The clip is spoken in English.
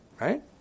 right